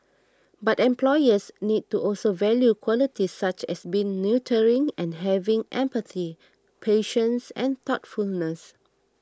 but employers need to also value qualities such as being nurturing and having empathy patience and thoughtfulness